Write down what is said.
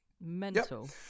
Mental